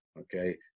Okay